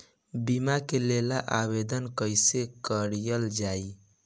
बीमा के लेल आवेदन कैसे कयील जाइ?